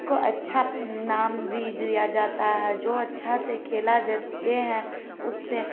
को अच्छा इनाम भी दिया जाता है जो अच्छा से खेला जात्ते है उसे